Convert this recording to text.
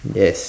yes